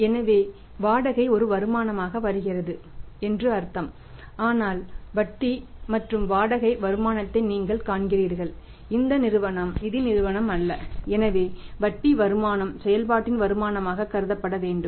எனவே வாடகை ஒரு வருமானமாக வருகிறது என்று அர்த்தம் ஆனால் வட்டி மற்றும் வாடகை வருமானத்தை நீங்கள் காண்கிறீர்கள் இந்த நிறுவனம் நிதி நிறுவனம் அல்ல எனவே வட்டி வருமானம் செயல்பாட்டின் வருமானமாக கருதப்பட வேண்டும்